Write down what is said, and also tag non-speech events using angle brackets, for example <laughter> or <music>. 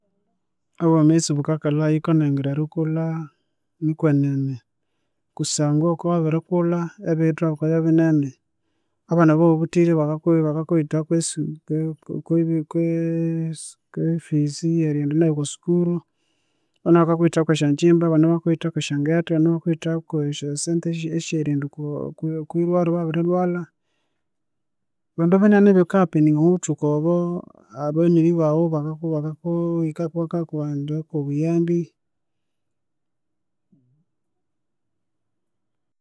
Obwemezi bukakalha, yukanayongera erikulha, nikwenene, kusangwa wukabya wabirikulha ebiyithawa bikabyabinene abana abawabuthire baka kwiyithagha <hesitation> kwe fees eyeriyendanayo okosukuru, abana bakakwiyithagha kwesyagyimba, bakakwiyithagha kwesyangetha, abana bakakwiyithagha kwesyasente esye esyeriyenda okwe okwirwaru wabirilhwalha, bindu binene ebika happening omobuthuku obo <hesitation> abanyweni bawu bakakwihikako bakakurondaya kobuyambi